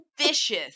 Vicious